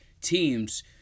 teams